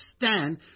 stand